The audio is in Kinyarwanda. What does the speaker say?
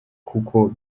kuko